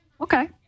Okay